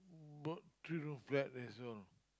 brought three room flat as well